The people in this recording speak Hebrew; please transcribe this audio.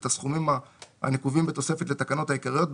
את הסכומים הנקובים בתוספת לתקנות העיקריות,